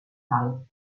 cal